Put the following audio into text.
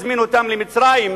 הזמין אותם למצרים,